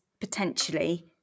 potentially